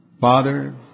father